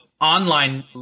online